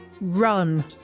Run